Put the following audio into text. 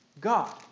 God